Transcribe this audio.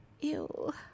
ew